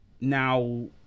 now